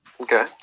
Okay